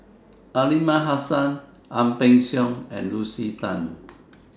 Aliman Hassan Ang Peng Siong and Lucy Tan